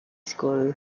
school